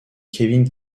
kevin